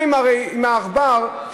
מהעכבר,